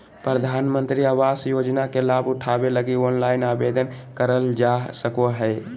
प्रधानमंत्री आवास योजना के लाभ उठावे लगी ऑनलाइन आवेदन करल जा सको हय